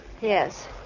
Yes